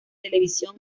televisión